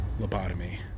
Lobotomy